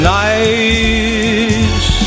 nice